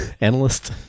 analyst